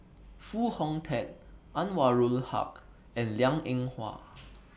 Foo Hong Tatt Anwarul Haque and Liang Eng Hwa